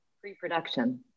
pre-production